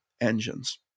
engines